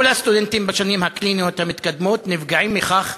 כל הסטודנטים בשנים הקליניות המוקדמות נפגעים מכך,